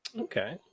Okay